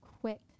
quick